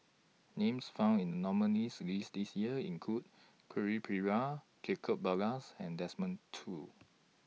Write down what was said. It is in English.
Names found in The nominees' list This Year include Quentin Pereira Jacob Ballas and Desmond Choo